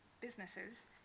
businesses